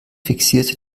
fixierte